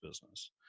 business